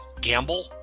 gamble